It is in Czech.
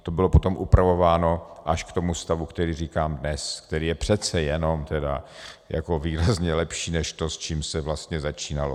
To bylo potom upravováno až k tomu stavu, který říkám dnes, který je přece jenom tedy jako výrazně lepší než to, s čím se vlastně začínalo.